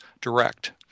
direct